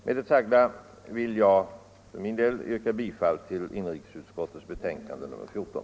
Med det sagda vill jag för min del yrka bifall till inrikesutskottets hemställan i betänkandet nr 14.